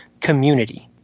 community